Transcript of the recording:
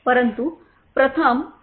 परंतु प्रथम श्री